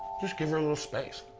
just give her a little space.